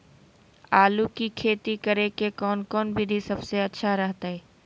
आलू की खेती करें के कौन कौन विधि सबसे अच्छा रहतय?